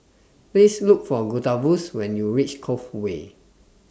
Please Look For Gustavus when YOU REACH Cove Way